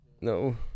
No